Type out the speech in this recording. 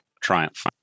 Triumph